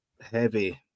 heavy